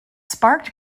sparked